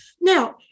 Now